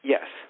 Yes